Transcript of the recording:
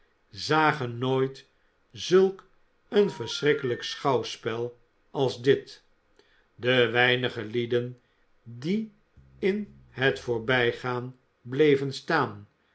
zagen nooit zulk een verschrikkelijk schouwspel als dit de weinige lieden die in het voorbijgaan bleven staan